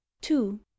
two